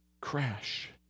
Crash